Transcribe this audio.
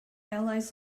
allies